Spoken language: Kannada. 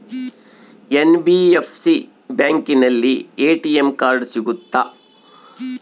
ಎನ್.ಬಿ.ಎಫ್.ಸಿ ಬ್ಯಾಂಕಿನಲ್ಲಿ ಎ.ಟಿ.ಎಂ ಕಾರ್ಡ್ ಸಿಗುತ್ತಾ?